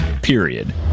Period